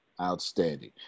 outstanding